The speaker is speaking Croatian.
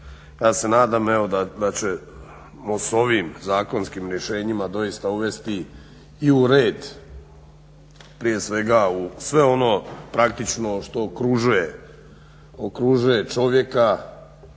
ja se nadam evo da ćemo s ovim zakonskim rješenjima doista uvesti i u red prije svega sve ono praktično što okružuje čovjeka